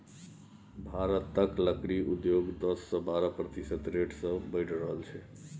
भारतक लकड़ी उद्योग दस सँ बारह प्रतिशत रेट सँ बढ़ि रहल छै